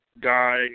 guy